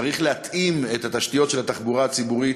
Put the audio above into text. צריך להתאים את התשתיות של התחבורה הציבורית.